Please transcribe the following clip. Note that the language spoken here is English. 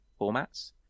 formats